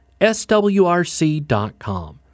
swrc.com